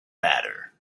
matter